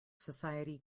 society